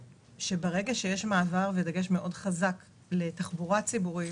שיש מעבר ודגש מאוד חזק לתחבורה ציבורית,